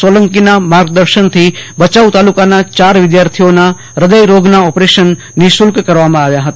સોલંકીના માર્ગદર્શનથી ભચાઉ તાલુકાના ચાર વિદ્યાર્થિઓના હદય રોગના ઓપરેશન નિઃશુલ્ક કરવામાં આવ્યા હતા